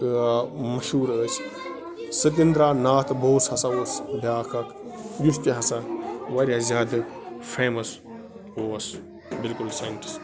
مشہوٗر ٲسۍ ستنٛدرا ناتھ بوس ہَسا اوس بیٛاکھ اَکھ یُس تہِ ہَسا واریاہ زیادٕ فیٚمَس اوس بِلکُل ساینٹِسٹہٕ